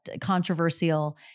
controversial